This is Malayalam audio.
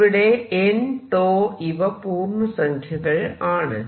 ഇവിടെ n 𝞃 ഇവ പൂർണസംഖ്യകൾ ആണ്